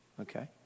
okay